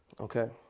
okay